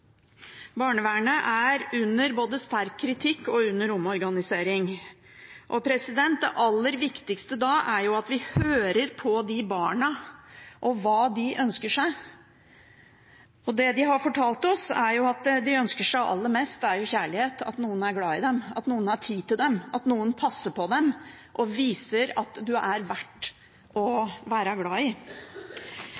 Barnevernet er under både sterk kritikk og omorganisering, og det aller viktigste da er at vi hører på de barna og hva de ønsker seg. Og det de har fortalt oss, er at det de ønsker seg aller mest, er kjærlighet, at noen er glade i dem, at noen har tid til dem, og at noen passer på dem og viser at de er verdt å være glad i.